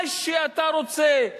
מה שאתה רוצה,